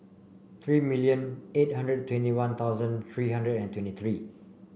three million eight hundred and twenty One Thousand three hundred and twenty three